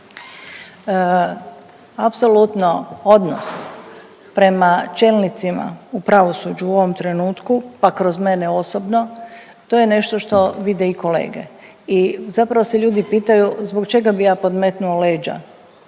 Apsolutno odnos prema čelnicima u pravosuđu u ovom trenutku pa kroz mene osobno to je nešto što vide i kolege i zapravo se ljudi pitaju zbog čega bi ja podmetnuo leđa